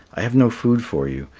i have no food for you,